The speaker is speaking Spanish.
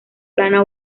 plana